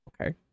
Okay